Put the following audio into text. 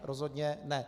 Rozhodně ne.